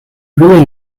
really